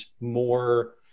more